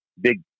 big